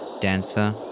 dancer